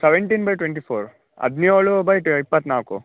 seventeen by twenty four ಹದಿನೇಳು by ಟ ಇಪ್ಪತ್ತನಾಲ್ಕು